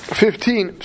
fifteen